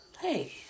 Hey